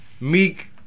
Meek